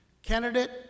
Candidate